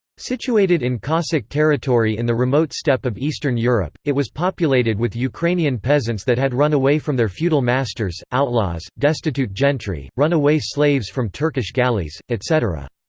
situated in cossack territory in the remote steppe of eastern europe, it was populated with ukrainian peasants that had run away from their feudal masters, outlaws, destitute gentry, run-away slaves from turkish galleys, etc.